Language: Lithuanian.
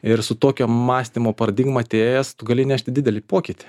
ir su tokio mąstymo paradigma atėjęs tu gali nešti didelį pokytį